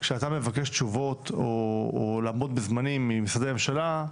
כאשר אתה מבקש תשובות או לעמוד בזמנים ממשרדי הממשלה,